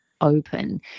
open